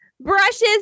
brushes